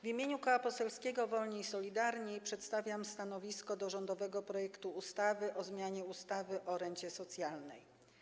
W imieniu Koła Poselskiego Wolni i Solidarni przedstawiam stanowisko wobec rządowego projektu ustawy o zmianie ustawy o rencie socjalnej.